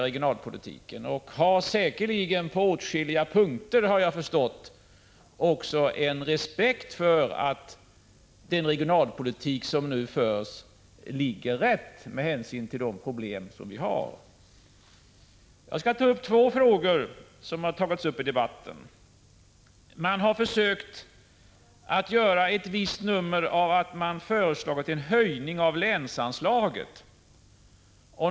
På åtskilliga punkter har man också, efter vad jag har förstått, respekt för att den regionalpolitik som nu förs ligger rätt, med hänsyn till de problem som vi har. Jag skall ta upp två frågor som har aktualiserats i debatten. Man har försökt göra ett nummer av att man har föreslagit en höjning av länsanslaget.